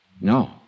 No